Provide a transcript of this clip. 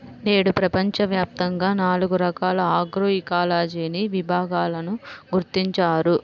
నేడు ప్రపంచవ్యాప్తంగా నాలుగు రకాల ఆగ్రోఇకాలజీని విభాగాలను గుర్తించారు